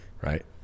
right